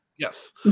Yes